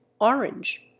orange